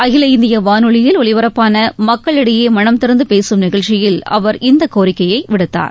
அகில இந்திய வானொலியில் ஒலிபரப்பான மக்களிடையே மனந்திறந்து பேசும் நிகழ்ச்சியில் அவர் இந்த கோரிக்கையை விடுத்தார்